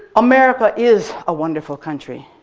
america is a wonderful country.